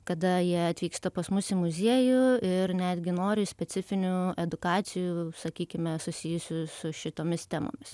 kada jie atvyksta pas mus į muziejų ir netgi nori specifinių edukacijų sakykime susijusių su šitomis temomis